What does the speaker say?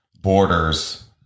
borders